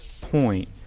point